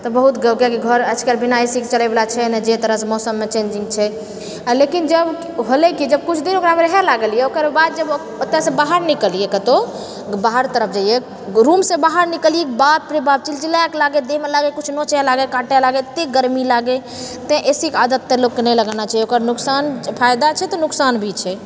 तऽ बहुत किआकी घर आजकल तऽ बिना ए सीके चलै वाला छै नहि जेहि तरहसँ मौसममे चेंजिङ्ग छै लेकिन जब भेलैकि जब किछु देर ओकरामे रहऽ लागलिऐ ओकरबाद जे ओतऽसे बाहर निकलिऐ कतहुँ बाहरके तरफ जइए रूमसे बाहर निकलिऐ बाप रे बाप चिलचिलाके लागे देहमे लागे किछु नोचय लागे काटे लागे एते गरमी लागे तऽ ए सीके आदत तऽ लोगके नहि लगाना चाहिए ओकर नुकसान फायदा छै तऽ नुकसान भी छै